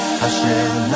Hashem